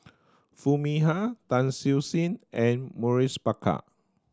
Foo Mee Har Tan Siew Sin and Maurice Baker